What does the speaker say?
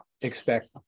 expect